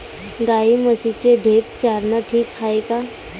गाई म्हशीले ढेप चारनं ठीक हाये का?